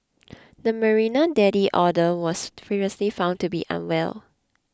the Marina daddy otter was previously found to be unwell